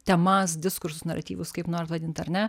temas diskursus naratyvus kaip norit vadint ar ne